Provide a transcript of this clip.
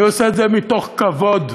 אני עושה את זה מתוך כבוד,